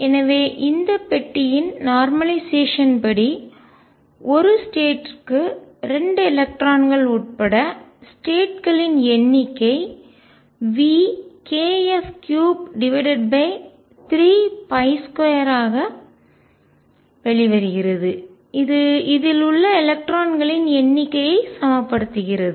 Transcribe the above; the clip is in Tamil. எனவே இந்த பாக்ஸ் பெட்டியின் நார்மலைசேஷன் படி ஒரு ஸ்டேட் ற்கு 2 எலக்ட்ரான்கள் உட்பட ஸ்டேட் களின் எண்ணிக்கை VkF332 ஆக வெளிவருகிறது இது இதில் உள்ள எலக்ட்ரான்களின் எண்ணிக்கையை சமப்படுத்துகிறது